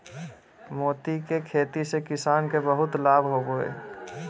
मोती के खेती से किसान के बहुत लाभ होवो हय